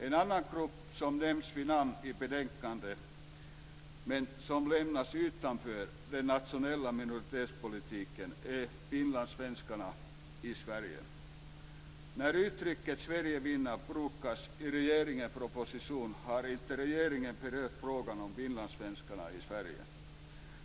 En annan grupp som nämns vid namn i betänkandet, men som lämnas utanför den nationella minoritetspolitiken, är finlandssvenskarna i Sverige. När uttrycket sverigefinnar brukas i regeringens proposition har inte regeringen berört frågan om finlandssvenskarna i Sverige.